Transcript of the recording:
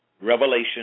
Revelation